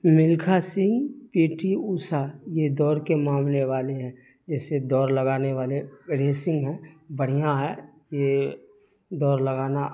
Milkha Singh P T Usha یہ دوڑ کے معاملے والے ہیں جیسے دوڑ لگانے والے ریسنگ ہیں بڑھیاں ہے یہ دوڑ لگانا